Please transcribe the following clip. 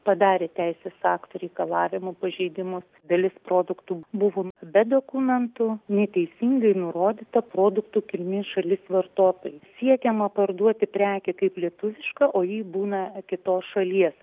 padarė teisės aktų reikalavimų pažeidimus dalis produktų buvo be dokumentų neteisingai nurodyta produktų kilmės šalis vartotojai siekiama parduoti prekę kaip lietuvišką o ji būna kitos šalies